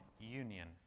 union